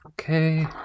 Okay